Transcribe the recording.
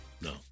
No